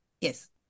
Yes